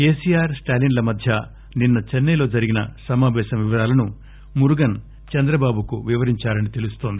కేసీఆర్ స్టాలీస్ల మధ్య నిన్న చెన్న య్లో జరిగిన సమాపేశం వివరాలను మురుగస్ చంద్రబాబుకు వివరించారని తెలుస్తోంది